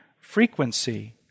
frequency